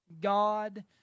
God